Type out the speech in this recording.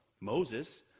Moses